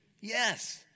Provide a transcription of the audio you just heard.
Yes